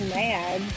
mad